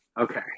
Okay